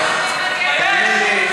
תאמין לי,